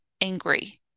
angry